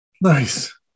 Nice